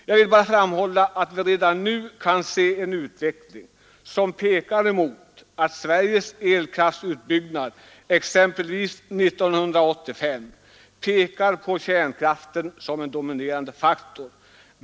Jag vill bara framhålla att vi redan nu kan se en utveckling som pekar mot att Sveriges elkraftutbyggnad år 1985 till mycket stor del kommer att ligga på kärnkraften, som därmed blir en dominerande faktor.